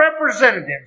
representatives